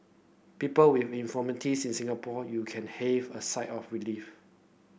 people with infirmities in Singapore you can heave a sigh of relief